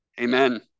Amen